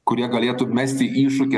kurie galėtų mesti iššūkį